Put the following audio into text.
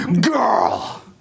girl